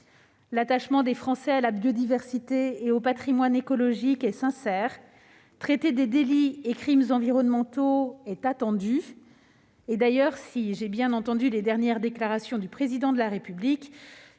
L'attachement des Français à la biodiversité et au patrimoine écologique est sincère, le traitement des délits et crimes environnementaux est attendu et, d'ailleurs, si j'ai bien entendu les dernières déclarations du Président de la République,